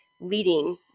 leading